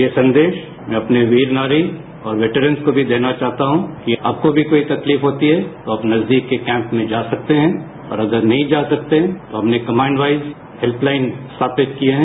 यह संदेश मैं अपने वीर नारी और वेटरेंस को भी देना चाहता हूं कि आपको भी कोई तकलीफ होती है तो आप नजदीक के कैंप में जा सकते हैं और अगर नहीं जा सकते तो हमने कमांडवाइस हेल्पलाईन स्थापित किए हैं